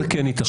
כן ייתכן,